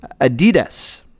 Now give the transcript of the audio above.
Adidas